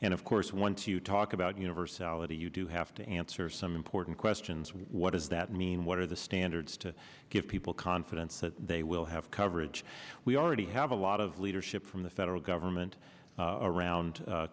and of course once you talk about universality you do have to answer some important questions what does that mean what are the standards to give people confidence that they will have coverage we already have a lot of leadership from the federal government around